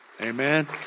Amen